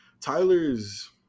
Tyler's